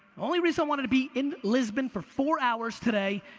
only reason i wanted to be in lisbon for four hours today,